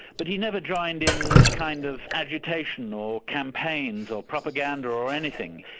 but he never joined in the kind of agitation or campaigns or propaganda or anything.